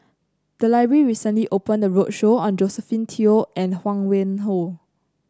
the library recently opended a roadshow on Josephine Teo and Huang Wenhong